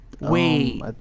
Wait